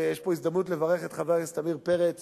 ויש פה הזדמנות לברך את חבר הכנסת עמיר פרץ